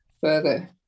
further